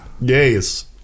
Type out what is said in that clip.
Yes